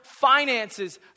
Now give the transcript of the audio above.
finances